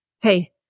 Hey